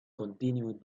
continued